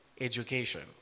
education